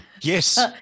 yes